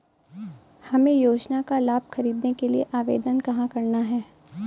हमें योजना का लाभ ख़रीदने के लिए आवेदन कहाँ करना है?